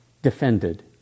Defended